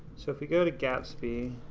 so if we go to gatsby